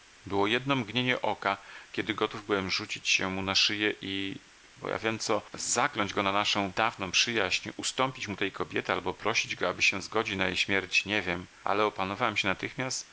było jedno mgnienie oka kiedy gotów byłem rzucić się mu na szyję i bo ja wiem co zakląć go na naszą dawną przyjaźń ustąpić mu tej kobiety albo prosić go aby się zgodził na jej śmierć nie wiem ale opanowałem się natychmiast